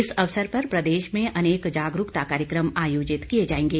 इस अवसर पर प्रदेश में अनेक जागरूकता कार्यक्रम आयोजित किए जाएंगे